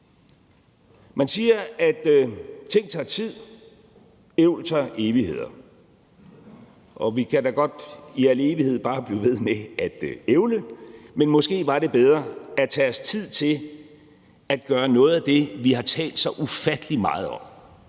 Man siger, at ting tager tid, ævl tager evigheder. Og vi kan da godt i al evighed bare blive ved med at ævle. Men det var måske bedre at tage os tid til at gøre noget ved det, vi har talt så ufattelig meget om